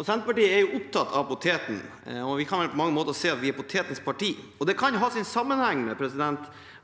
Senterpartiet er opptatt av poteten, og vi kan vel på mange måter si at vi er potetens parti. Det kan ha sammenheng med